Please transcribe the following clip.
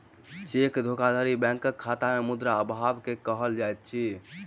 cheque धोखाधड़ी बैंकक खाता में मुद्रा अभाव के कहल जाइत अछि